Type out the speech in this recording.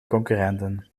concurrenten